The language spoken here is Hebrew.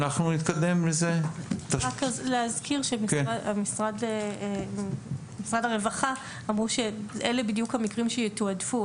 רק להזכיר שמשרד הרווחה אמרו שאלה בדיוק המקרים שיתועדפו,